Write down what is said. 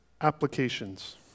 applications